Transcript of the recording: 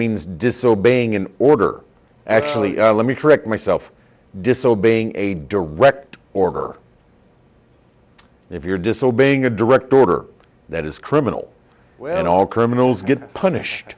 means disobeying an order actually let me correct myself disobeying a direct order if you're disobeying a direct order that is criminal when all criminals get punished